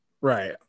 Right